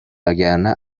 وگرنه